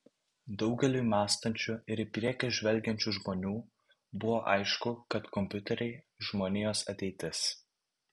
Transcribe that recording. daugeliui mąstančių ir į priekį žvelgiančių žmonių buvo aišku kad kompiuteriai žmonijos ateitis